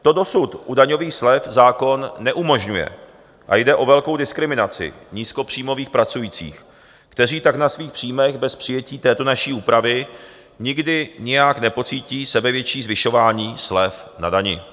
To dosud u daňových slev zákon neumožňuje a jde o velkou diskriminaci nízkopříjmových pracujících, kteří tak na svých příjmech bez přijetí této naší úpravy nikdy nijak nepocítí sebevětší zvyšování slev na dani.